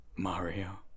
mario